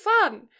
Fun